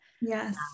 Yes